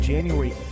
January